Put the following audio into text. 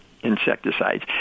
insecticides